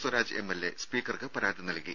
Swaraj MLA സ്പീക്കർക്ക് പരാതി നൽകി